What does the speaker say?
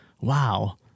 wow